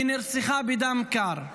היא נרצחה בדם קר.